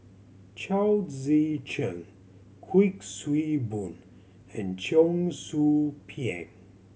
Chao Tzee Cheng Kuik Swee Boon and Cheong Soo Pieng